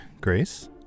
grace